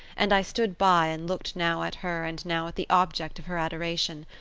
and i stood by and looked now at her and now at the object of her adoration,